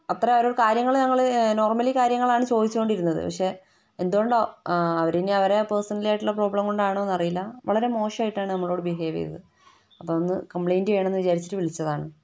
അത്രയും അവരോടു കാര്യങ്ങൾ ഞങ്ങൾ നോർമലി കാര്യങ്ങളാണ് ചോദിച്ചുകൊണ്ടിരുന്നത് പക്ഷേ എന്തുകൊണ്ടോ അവർ ഇനി അവരെ പേഴ്സണലി ആയിട്ടുള്ള പ്രോബ്ലം കൊണ്ടാണോന്നറിയില്ല വളരെ മോശമായിട്ടാണ് നമ്മളോടു ബിഹേവ് ചെയ്തത് അപ്പോൾ അതൊന്നു കംപ്ലയിൻ്റ് ചെയ്യണം എന്ന് വിചാരിച്ചിട്ട് വിളിച്ചതാണ്